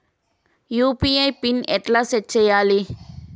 UPI pin ఎట్లా set చేయాలే?